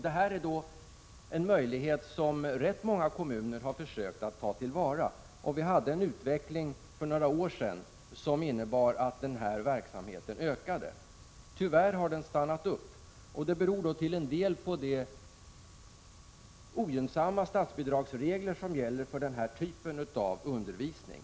Detta är en möjlighet som rätt många kommuner har försökt att ta till vara. Vi hade en utveckling för några år sedan som innebar att denna verksamhet ökade. Tyvärr har den stannat av. Det beror till en del på de ogynnsamma statsbidragsregler som gäller för den här typen av undervisning.